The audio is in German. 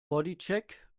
bodycheck